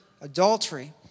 adultery